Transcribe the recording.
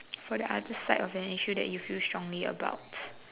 for the other side of an issue that you feel strongly about